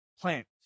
plant